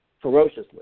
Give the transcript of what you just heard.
ferociously